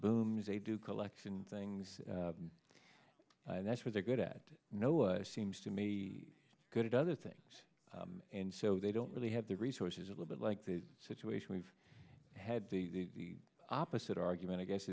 booms a do collection things and that's what they're good at knowing seems to me good at other things and so they don't really have the resources a little bit like the situation we've had the opposite argument i guess